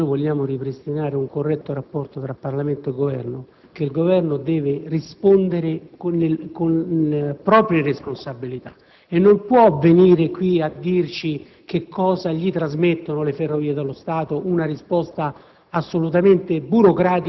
Credo, Presidente, che, se vogliamo ripristinare un corretto rapporto tra Parlamento e Governo, il Governo debba rispondere sotto la propria responsabilità e non possa venire qui a riferirci che cosa gli trasmettono le Ferrovie dello Stato, cioè una risposta